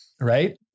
Right